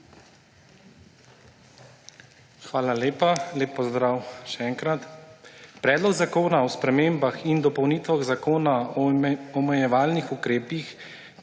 Hvala lepa. Lep pozdrav še enkrat! Predlog zakona o spremembah in dopolnitvah Zakona o omejevalnih ukrepih,